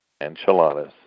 enchiladas